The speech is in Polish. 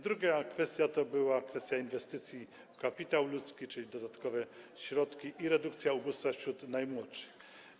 Druga kwestia to była kwestia inwestycji w kapitał ludzki, czyli dodatkowe środki, redukcja ubóstwa wśród najmłodszych.